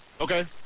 Okay